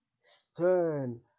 stern